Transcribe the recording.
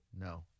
No